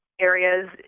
Areas